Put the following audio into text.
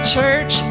Church